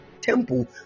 temple